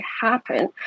happen